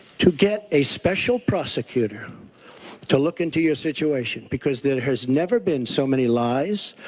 to get a special prosecutor to look into your situation. because there has never been so many lies,